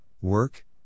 Work